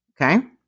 Okay